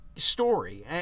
Story